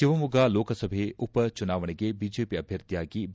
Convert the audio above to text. ಶಿವಮೊಗ್ಗ ಲೋಕಸಭೆ ಉಪ ಚುನಾವಣೆಗೆ ಬಿಜೆಪಿ ಅಭ್ಯರ್ಥಿಯಾಗಿ ಬಿ